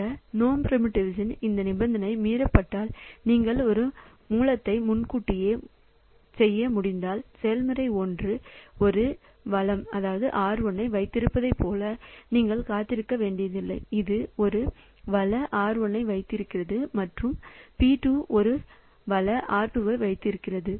இந்த no preemption இந்த நிபந்தனை மீறப்பட்டால் நீங்கள் ஒரு மூலத்தை முன்கூட்டியே முன்கூட்டியே செய்ய முடிந்தால் செயல்முறை 1 ஒரு வள R 1 ஐ வைத்திருப்பதைப் போல நீங்கள் காத்திருக்க வேண்டியதில்லை இது ஒரு வள R 1 ஐ வைத்திருக்கிறது மற்றும் P 2 ஒரு வள R 2 ஐ வைத்திருக்கிறது